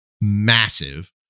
massive